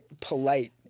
polite